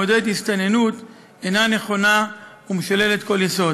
מעודד הסתננות אינה נכונה ומשוללת כל יסוד.